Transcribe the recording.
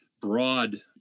broad